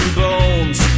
bones